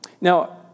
Now